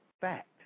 fact